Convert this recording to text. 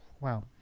Wow